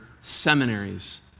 seminaries